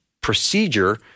procedure